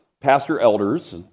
pastor-elders